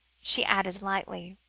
she added lightly.